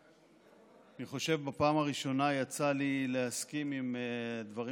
אני חושב שבפעם הראשונה יצא לי להסכים עם דברים